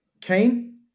Kane